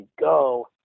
go